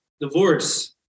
Divorce